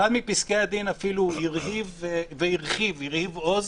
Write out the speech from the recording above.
אחד מפסקי הדין אפילו הרחיב והרהיב עוז